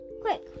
Quick